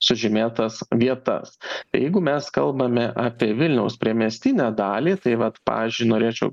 sužymėtas vietas tai jeigu mes kalbame apie vilniaus priemiestinę dalį tai vat pavyzdžiui norėčiau